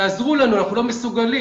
תעזרו לנו, אנחנו לא מסוגלים,